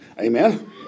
amen